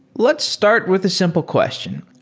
let's start with a simple question.